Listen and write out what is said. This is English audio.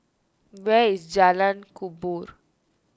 where is Jalan Kubor